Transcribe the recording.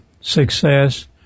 success